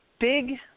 big